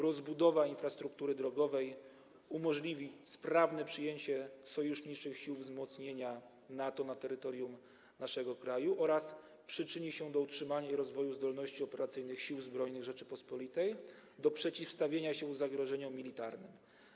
Rozbudowa infrastruktury drogowej umożliwi sprawne przyjęcie sojuszniczych sił wzmocnienia NATO na terytorium naszego kraju oraz przyczyni się do utrzymania i rozwoju zdolności operacyjnych Sił Zbrojnych Rzeczypospolitej do przeciwstawienia się zagrożeniom militarnym.